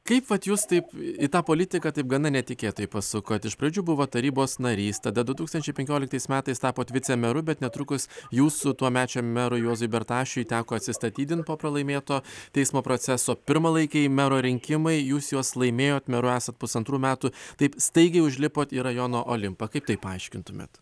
kaip vat jūs taip į tą politiką taip gana netikėtai pasukot iš pradžių buvo tarybos narys tada du tūkstančiai penkioliktais metais tapot vicemeru bet netrukus jūsų tuomečiam merui juozui bertašiui teko atsistatydint po pralaimėto teismo proceso pirmalaikiai mero rinkimai jūs juos laimėjot meru esat pusantrų metų taip staigiai užlipot į rajono olimpą kaip tai paaiškintumėte